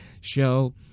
show